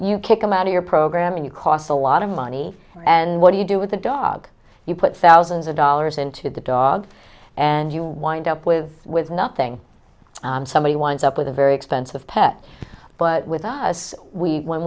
you kick him out of your program you cost a lot of money and what do you do with a dog you put thousands of dollars into the dogs and you wind up with with nothing somebody winds up with a very expensive pet but with us we when